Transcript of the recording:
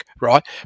right